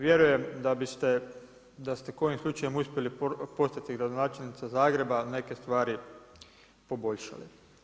Vjerujem da biste, da ste kojim slučajem uspjeli postati gradonačelnica Zagreba neke stvari poboljšali.